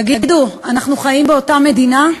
תגידו, אנחנו חיים באותה מדינה?